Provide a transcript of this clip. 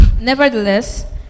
Nevertheless